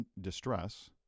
distress